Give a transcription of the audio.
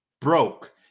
broke